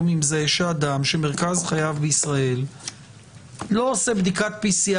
עם זה שאדם שמרכז חייו בישראל לא עושה בדיקת PCR